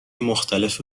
مختلف